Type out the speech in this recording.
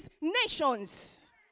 nations